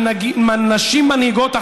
על נשים מנהיגות,